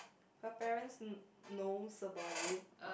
her parents knows about it